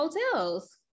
hotels